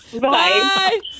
Bye